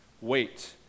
Wait